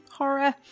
horror